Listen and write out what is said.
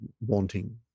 wanting